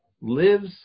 lives